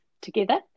together